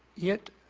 yet